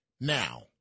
now